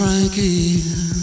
Frankie